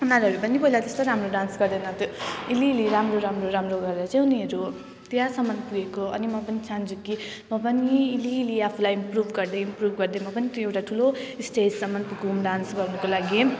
उनीहरू पनि पहिला त्यस्तो राम्रो डान्स गर्दैनथ्यो अलिअलि राम्रो राम्रो राम्रो गरेर चाहिँ यिनीहरू त्यहाँसम्म पुगेको हो अनि म पनि चाहन्छु कि म पनि अलिअलि आफूलाई इम्प्रुभ गर्दै इम्प्रुभ गर्दै म पनि त्यो एउटा ठुलो स्टेजसम्म पुगौँ डान्स गर्नुको लागि